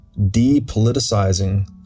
depoliticizing